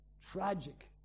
Tragic